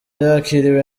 yakiriwe